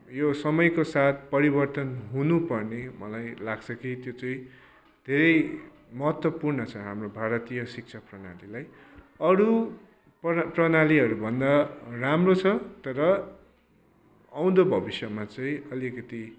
यो समयको साथ परिवर्तन हुनुपर्ने मलाई लाग्छ कि त्यो चाहिँ धेरै महत्त्वपूर्ण छ हाम्रो भारतीय शिक्षा प्रणालीलाई अरू प्र प्रणालीहरूभन्दा राम्रो छ तर आउँदो भविष्यमा चाहिँ अलिकति